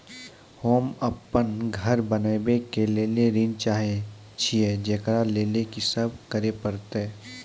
होम अपन घर बनाबै के लेल ऋण चाहे छिये, जेकरा लेल कि सब करें परतै?